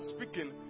speaking